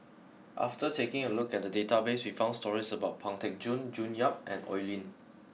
after taking a look at the database we found stories about Pang Teck Joon June Yap and Oi Lin